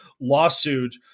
lawsuit